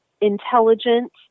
intelligent